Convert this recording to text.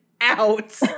out